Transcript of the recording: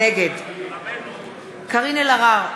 נגד קארין אלהרר,